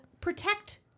protect